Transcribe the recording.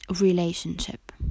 relationship